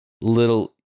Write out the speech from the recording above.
Little